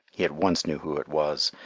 he at once knew who it was,